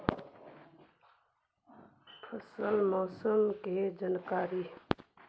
फसल मौसम के जानकारी?